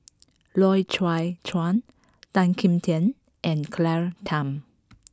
Loy Chye Chuan Tan Kim Tian and Claire Tham